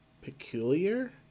peculiar